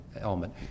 element